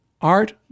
Art